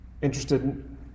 interested